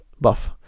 buff